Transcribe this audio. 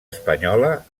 espanyola